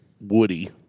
woody